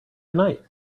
tonight